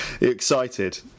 Excited